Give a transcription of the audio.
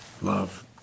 love